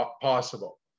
possible